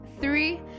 three